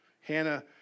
Hannah